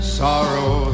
sorrow